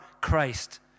Christ